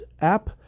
app